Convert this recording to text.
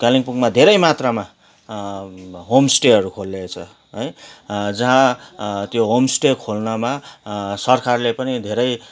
कालिम्पोङमा धेरै मात्रामा होमस्टेहरू खोलिएको छ है जहाँ त्यो होमस्टे खोल्नमा सरकारले पनि धेरै